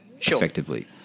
effectively